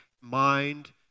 mind